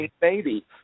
baby